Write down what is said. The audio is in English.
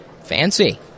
Fancy